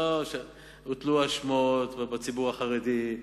לא, הוטלו אשמות על הציבור החרדי.